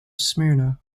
smyrna